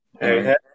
hey